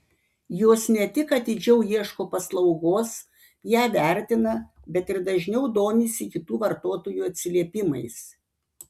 jos ne tik atidžiau ieško paslaugos ją vertina bet ir dažniau domisi kitų vartotojų atsiliepimais